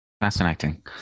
Fascinating